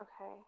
Okay